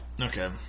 Okay